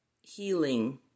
healing